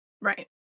Right